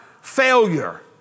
failure